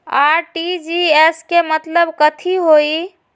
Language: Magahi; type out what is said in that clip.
आर.टी.जी.एस के मतलब कथी होइ?